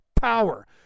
power